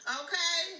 okay